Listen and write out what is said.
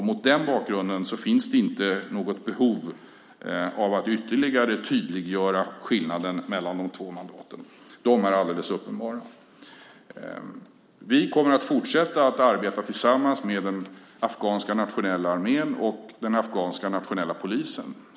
Mot den bakgrunden finns det inte något behov av att ytterligare tydliggöra skillnaden mellan de två mandaten, den är alldeles uppenbar. Vi kommer att fortsätta att arbeta tillsammans med den afghanska nationella armén och den afghanska nationella polisen.